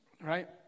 right